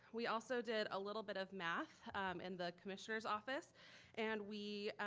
we also did a little bit of math in the commissioner's office and we